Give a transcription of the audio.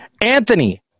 Anthony